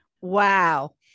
Wow